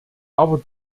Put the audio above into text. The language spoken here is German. aber